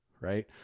right